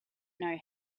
know